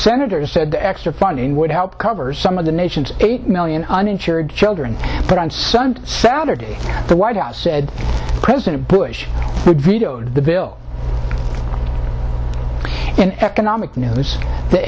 senators said the extra funding would help cover some of the nation's eight million uninsured children but on sunday saturday the white house said president bush vetoed the bill and economic news